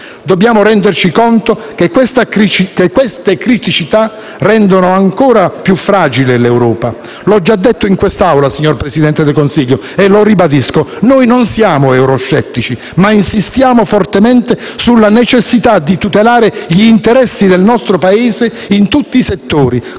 Dobbiamo renderci conto che queste criticità rendono ancora più fragile l'Europa. L'ho già detto in quest'Aula, signor Presidente e lo ribadisco: noi non siamo euroscettici, ma insistiamo fortemente sulla necessità di tutelare gli interessi del nostro Paese in tutti i settori,